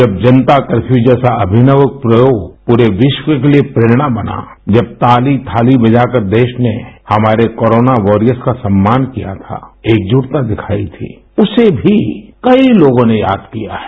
जब जनता कर्फ़्यू जैसा अमिनव प्रयोग पूरे विश्व के लिए प्रेरणा बना जब ताली थाली बजाकर देश ने हमारे कोरोना वारियर्स का सम्मान किया था एकजुटता दिखाई थी उसे भी कई लोगों ने याद किया है